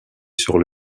sur